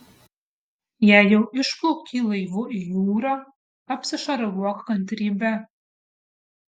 jei jau išplaukei laivu į jūrą apsišarvuok kantrybe